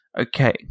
Okay